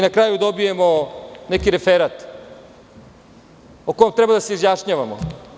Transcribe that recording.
Na kraju dobijemo neki referat o kom treba da se izjašnjavamo.